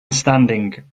standing